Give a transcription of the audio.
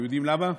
אתם יודעים למה?